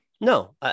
No